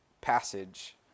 passage